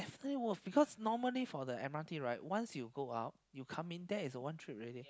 definitely worth because normally for the m_r_t right once you go out you come in that is a one trip already